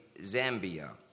Zambia